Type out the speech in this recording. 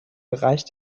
bereich